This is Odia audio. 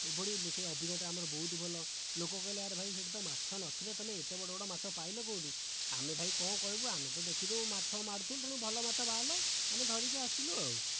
ଏଭଳି ସେ ଅଭିଜ୍ଞତା ଆମର ବହୁତ ଭଲ ଲୋକ କହିଲେ ଆରେ ଭାଇ ସେ'ଠି ତ ମାଛ ନଥିଲେ ତୁମେ ଏତେ ବଡ଼ ବଡ଼ ମାଛ ପାଇଲ କୋଉଠି ଆମେ ଭାଇ କଣ କହିବୁ ଆମେ ତ ଦେଖିଲୁ ମାଛ ମାରୁଥିଲୁ ତେଣୁ ଭଲ ମାଛ ବାହାରିଲେ ଆମେ ଧରିକି ଆସିଲୁ ଆଉ